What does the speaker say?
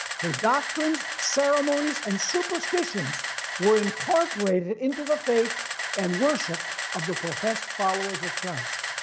her doctrines, ceremonies, and superstitions were incorporated into the faith and worship of the professed followers of christ.